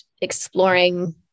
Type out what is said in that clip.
exploring